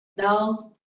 No